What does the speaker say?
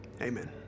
Amen